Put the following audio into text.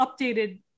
updated